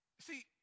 See